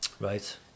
Right